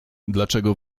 dlaczego